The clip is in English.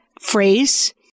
phrase